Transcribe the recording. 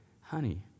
honey